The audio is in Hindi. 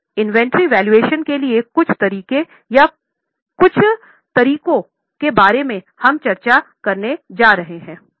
अब इन्वेंट्री वैल्यूएशन के लिए कुछ तकनीकें या कुछ तरीके हैं उनके बारे में भी चर्चा करेंगे